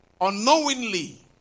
unknowingly